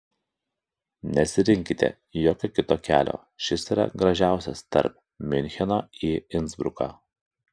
nesirinkite jokio kito kelio šis yra gražiausias tarp miuncheno į insbruką